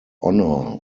honour